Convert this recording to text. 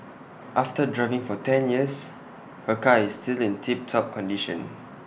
after driving for ten years her car is still in tip top condition